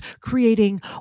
creating